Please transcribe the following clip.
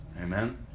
Amen